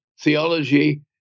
Theology